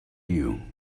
you